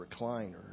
recliner